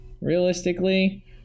realistically